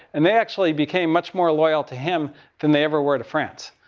and they actually became much more loyal to him than they ever were to france.